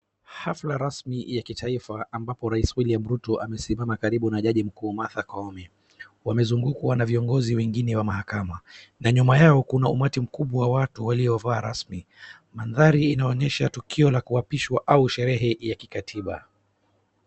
Hafla rasmi ya kitaifa ambapo rais William Ruto amesimama karibu na jaji mkuu Martha Koome. Wamezungukwa na viongozi wengine wa mahakama. Na nyuma yao kuma umati mkubwa wa watu waliovaa rasmi. Mandhari inaonyesha tukio la kuapishwa au sherehe ya kikatiba.